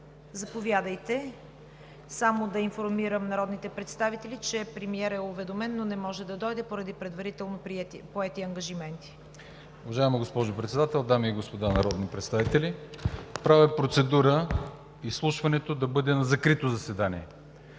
Янков, само да информирам народните представители, че премиерът е уведомен, но не може да дойде поради предварително поети ангажименти. КРАСИМИР ЯНКОВ (БСП за България): Уважаема госпожо Председател, дами и господа народни представители! Правя процедура изслушването да бъде на закрито заседание,